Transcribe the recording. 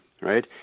right